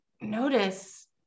notice